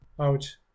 out